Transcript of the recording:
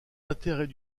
intérêts